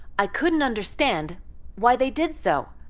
i couldn't understand why they did so.